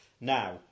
Now